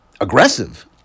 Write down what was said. aggressive